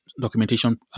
documentation